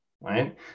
right